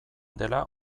dela